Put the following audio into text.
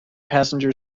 passenger